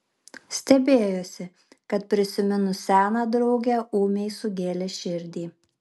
stebėjosi kad prisiminus seną draugę ūmai sugėlė širdį